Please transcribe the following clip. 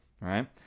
right